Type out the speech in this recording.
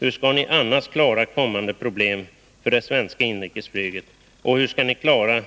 Hur skall ni annars klara kommande problem för det svenska inrikesflyget och hur skall ni klara